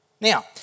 Now